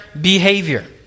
behavior